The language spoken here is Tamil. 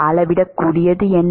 அளவிடக்கூடியது என்ன